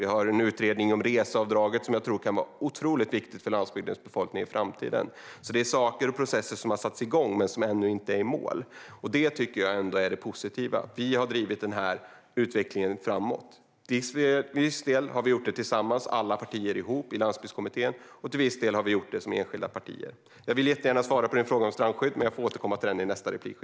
Det finns en utredning om reseavdraget som jag tror kommer att vara otroligt viktig för landsbygdens befolkning i framtiden. Det är saker och processer som har satts igång men som ännu inte är i mål. Det är positivt. Vi har drivit utvecklingen framåt. Till viss del har alla partierna i Landsbygdskommittén gjort detta ihop, och till viss del har vi gjort det som enskilda partier. Jag vill jättegärna svara på din fråga om strandskydd, Peter, men jag får återkomma till den i nästa replik.